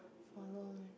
follow